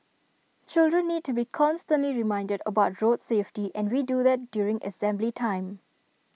children need to be constantly reminded about road safety and we do that during assembly time